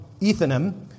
Ethanim